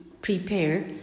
prepare